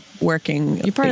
working